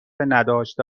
نداشته